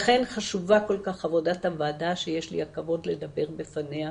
לכן חשובה כל כך עבודת הוועדה שיש לי הכבוד לדבר בפניה.